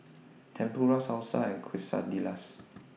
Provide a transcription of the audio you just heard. Tempura Salsa and Quesadillas